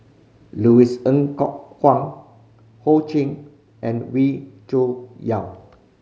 Louis Ng Kok Kwang Ho Ching and Wee Cho Yaw